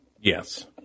Yes